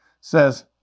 says